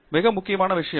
மிக முக்கியமான விஷயம்